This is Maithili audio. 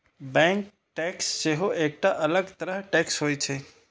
बैंक टैक्स सेहो एकटा अलग तरह टैक्स होइ छै